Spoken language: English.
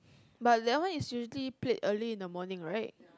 but that one is usually played early in the morning right